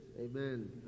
Amen